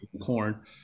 corn